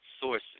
sources